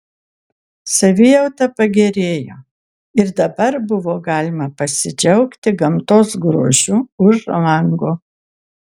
savijauta pagerėjo ir dabar buvo galima pasidžiaugti gamtos grožiu už lango